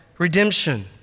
Redemption